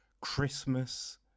Christmas